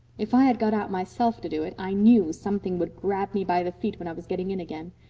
if i had got out myself to do it i knew something would grab me by the feet when i was getting in again.